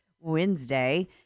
Wednesday